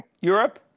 Europe